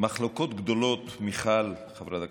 מחלוקות גדולות, מיכל, חברת הכנסת,